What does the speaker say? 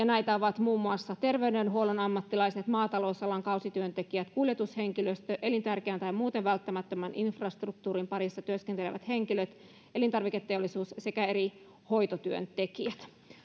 näitä ovat muun muassa terveydenhuollon ammattilaiset maatalousalan kausityöntekijät kuljetushenkilöstö elintärkeän tai muuten välttämättömän infrastruktuurin parissa työskentelevät henkilöt elintarviketeollisuus sekä eri hoitotöiden tekijät